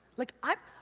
like i,